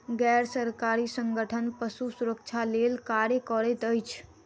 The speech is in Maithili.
गैर सरकारी संगठन पशु सुरक्षा लेल कार्य करैत अछि